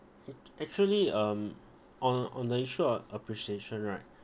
ac~ actually um on on the issue of appreciation right